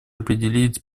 определить